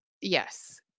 Yes